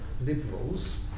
liberals